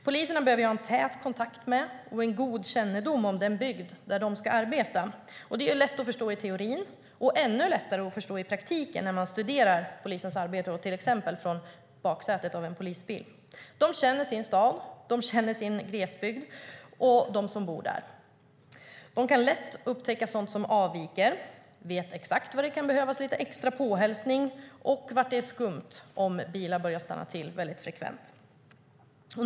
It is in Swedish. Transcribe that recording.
Poliserna behöver ha en tät kontakt med och en god kännedom om den bygd där de ska arbeta. Det är lätt att förstå i teorin och ännu lättare att förstå i praktiken när man studerar polisens arbete, till exempel från baksätet av en polisbil. De känner sin stad, de känner sin glesbygd, de känner dem som bor där. De kan lätt upptäcka sådant som avviker. De vet exakt var det kan behövas lite extra påhälsning och var det är skumt om bilar börjar stanna till frekvent.